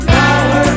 power